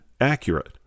accurate